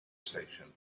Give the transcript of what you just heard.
station